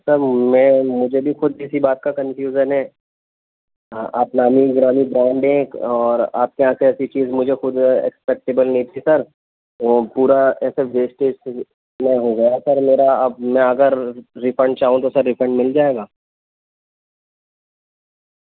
سر میں مجھے بھی خود اسی بات کا کنفیوژن ہے آپ نامی گرامی برانڈ ہے ایک اور آپ کے یہاں سے ایسی چیز مجھے خود ایکسپیکٹیبل نہیں تھی سر وہ پورا ایسے ویسٹیج میں ہو گیا سر میرا اب میں اگر ریفنڈ چاہوں تو سر ریفنڈ مل جائے گا